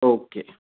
okay